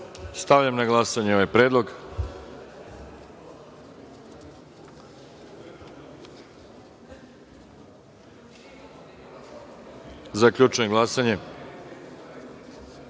Stavljam na glasanje ovaj predlog. Zaključujem glasanje: